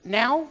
now